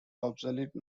obsolete